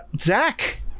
Zach